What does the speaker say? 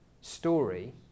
story